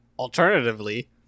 Alternatively